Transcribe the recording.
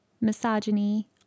misogyny